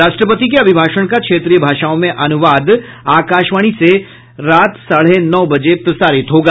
राष्ट्रपति के अभिभाषण का क्षेत्रीय भाषाओं में अनुवाद आकाशवाणी से रात साढ़े नौ बजे प्रसारित होगा